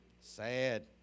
Sad